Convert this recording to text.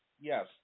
Yes